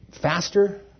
faster